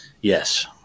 Yes